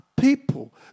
People